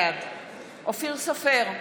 בעד אופיר סופר,